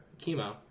chemo